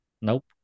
Nope